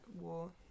war